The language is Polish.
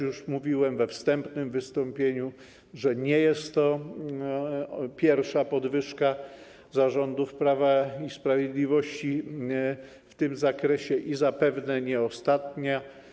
Już mówiłem we wstępnym wystąpieniu, że nie jest to pierwsza podwyżka za rządów Prawa i Sprawiedliwości w tym zakresie i zapewne nie ostatnia.